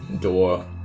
door